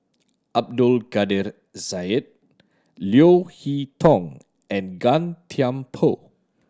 Abdul Kadir Syed Leo Hee Tong and Gan Thiam Poh